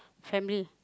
family